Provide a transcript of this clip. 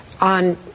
on